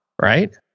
right